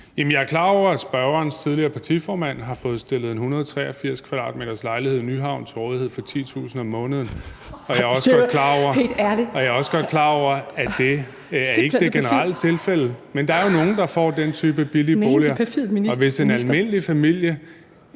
Jeg er klar over, at spørgerens tidligere partiformand har fået stillet en lejlighed på 183 m² i Nyhavn til rådighed for 10.000 kr. om måneden, og jeg er også godt klar over, at det ikke er det generelle tilfælde, men der er jo nogen, der får den type billige boliger. (Louise Schack Elholm